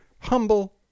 humble